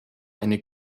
eine